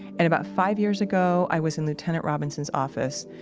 and about five years ago, i was in lieutenant robinson's office,